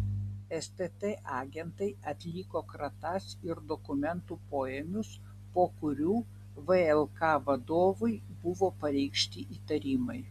stt agentai atliko kratas ir dokumentų poėmius po kurių vlk vadovui buvo pareikšti įtarimai